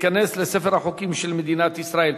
ותיכנס לספר החוקים של מדינת ישראל.